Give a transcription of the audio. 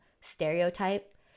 stereotype